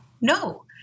no